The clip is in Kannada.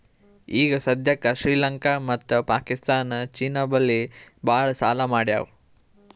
ಈಗ ಸದ್ಯಾಕ್ ಶ್ರೀಲಂಕಾ ಮತ್ತ ಪಾಕಿಸ್ತಾನ್ ಚೀನಾ ಬಲ್ಲಿ ಭಾಳ್ ಸಾಲಾ ಮಾಡ್ಯಾವ್